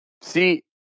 See